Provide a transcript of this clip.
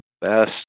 best